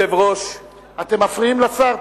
אתם מפריעים לשר.